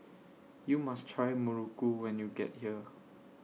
YOU must Try Muruku when YOU get here